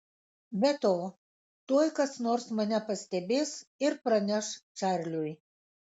be to tuoj kas nors mane pastebės ir praneš čarliui